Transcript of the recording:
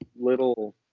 little